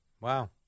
Wow